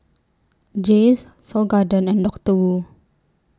Jays Seoul Garden and Doctor Wu